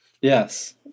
Yes